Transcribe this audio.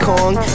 Kong